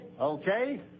Okay